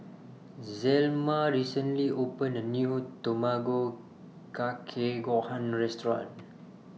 Zelma recently opened A New Tamago Kake Gohan Restaurant